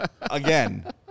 Again